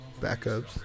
backups